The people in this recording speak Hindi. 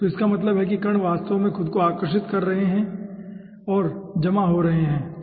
तो इसका मतलब है कि कण वास्तव में खुद को आकर्षित कर रहे होंगे और जमा हो रहे होंगे